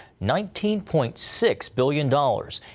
nineteen point six billion dollars.